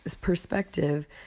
perspective